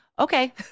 okay